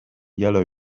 yellow